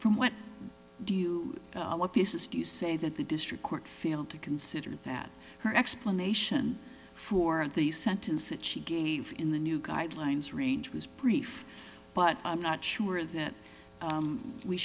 from what do you what this is do you say that the district court failed to consider that her explanation for the sentence that she gave in the new guidelines range was brief but i'm not sure that